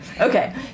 Okay